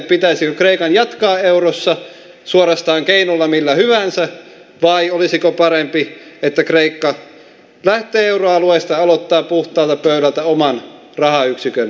pitäisikö kreikan jatkaa eurossa suorastaan keinolla millä hyvänsä vai olisiko parempi että kreikka lähtee euroalueesta ja aloittaa puhtaalta pöydältä oman rahayksikön turvin